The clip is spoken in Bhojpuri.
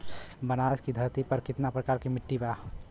बनारस की धरती पर कितना प्रकार के मिट्टी बा?